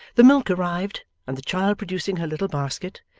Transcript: the milk arrived, and the child producing her little basket,